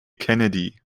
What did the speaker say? kennedy